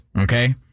okay